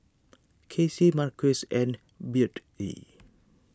Kacie Marquis and Beadie